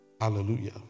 Hallelujah